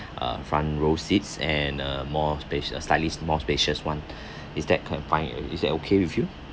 uh front row seats and uh more space uh slightly more spacious one it's that confined uh is that okay with you